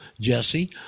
Jesse